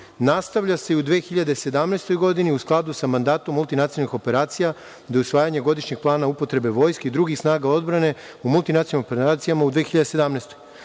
nastavlja se i u 2017. godini u skladu sa mandatom multinacionalnih operacija do usvajanja godišnjeg plana upotrebe vojske i drugih snaga odbrane u multinacionalnim operacijama u 2017.